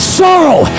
sorrow